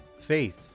faith